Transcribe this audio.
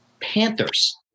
Panthers